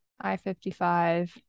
I-55